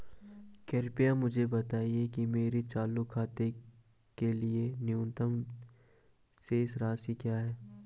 कृपया मुझे बताएं कि मेरे चालू खाते के लिए न्यूनतम शेष राशि क्या है?